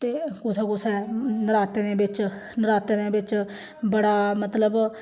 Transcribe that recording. ते कुसै कुसै नरातें दे बिच्च नरातें दे बिच्च बड़ा मतलब